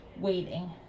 waiting